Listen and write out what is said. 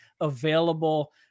available